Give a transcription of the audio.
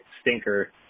stinker